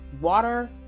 water